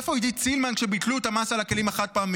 איפה עידית סילמן כשביטלו את המס על הכלים החד-פעמיים?